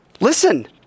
listen